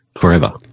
forever